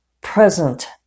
present